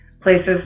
places